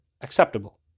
acceptable